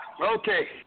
Okay